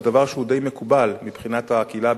זה דבר די מקובל מבחינת הקהילה,